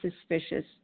suspicious